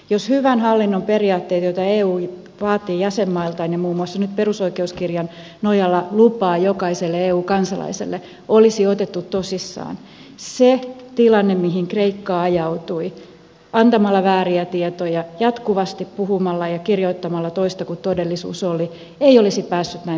jos hyvän hallinnon periaatteet joita eu vaatii jäsenmailtaan ja muun muassa nyt perusoikeuskirjan nojalla lupaa jokaiselle eu kansalaiselle olisi otettu tosissaan se tilanne mihin kreikka ajautui antamalla vääriä tietoja jatkuvasti puhumalla ja kirjoittamalla toista kuin todellisuus oli ei olisi päässyt näin pitkälle